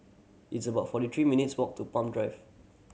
it's about forty three minutes' walk to Palm Drive